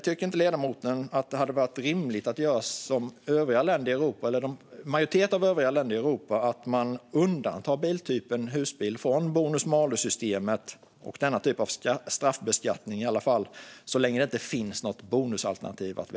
Tycker inte ledamoten att det hade varit rimligt att göra som en majoritet av övriga länder i Europa och undanta biltypen husbil från bonus-malus-systemet och denna typ av straffbeskattning, i alla fall så länge det inte finns något bonusalternativ?